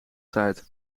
tijd